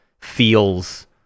feels